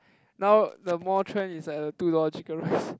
now the more trend is like the two dollar chicken rice